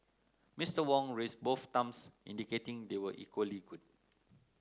Mister Wong raised both thumbs indicating they were equally good